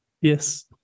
Yes